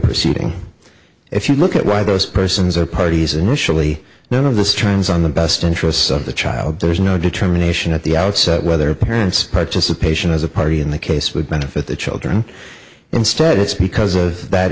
proceeding if you look at why those persons are parties initially none of the strains on the best interests of the child there's no determination at the outset whether a parent's participation as a party in the case would benefit the children instead it's because of